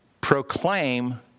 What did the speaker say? proclaim